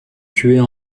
tuer